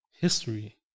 history